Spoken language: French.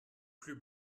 plus